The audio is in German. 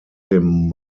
dem